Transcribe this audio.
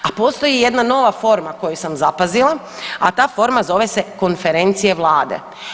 A postoji jedna nova forma koju sam zapazila, a ta forma zove se konferencije vlade.